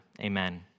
Amen